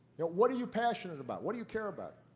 what are you passionate about? what do you care about?